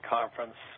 Conference